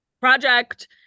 project